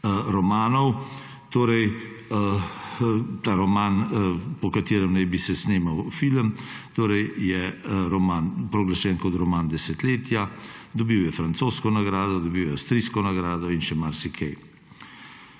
romanov. Ta roman, po katerem naj bi se snemal film, je proglašen kot roman desetletja, dobil je francosko nagrado, dobil je avstrijsko nagrado in še marsikaj.